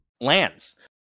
Lands